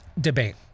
debate